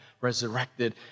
resurrected